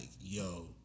yo